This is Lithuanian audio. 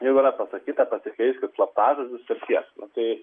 jau yra pasakyta pasikeiskit slaptažodžius ir tiek nu tai